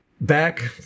back